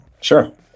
Sure